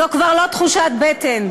זו כבר לא תחושת בטן,